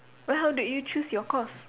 but how did you choose your course